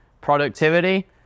productivity